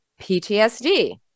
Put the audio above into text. PTSD